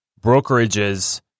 brokerages